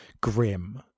grim